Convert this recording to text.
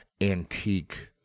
antique